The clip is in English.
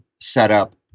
setup